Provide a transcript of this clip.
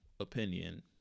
opinion